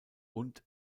und